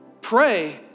pray